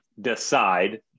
decide